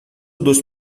dos